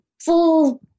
full